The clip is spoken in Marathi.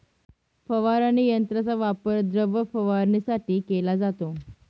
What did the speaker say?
फवारणी यंत्राचा वापर द्रव फवारणीसाठी केला जातो